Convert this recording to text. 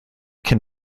can